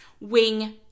wing